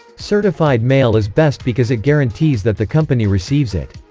certified mail is best because it guarantees that the company receives it.